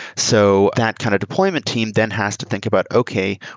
so that kind of deployment team then has to think about, okay,